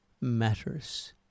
matters